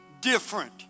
different